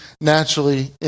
naturally